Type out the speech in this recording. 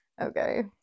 Okay